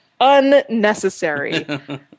unnecessary